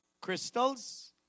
crystals